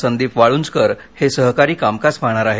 संदीप वाळुंजकर हे सहकारी कामकाज पाहणार आहेत